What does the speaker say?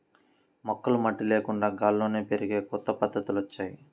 మొక్కలు మట్టి లేకుండా గాల్లోనే పెరిగే కొత్త పద్ధతులొచ్చాయ్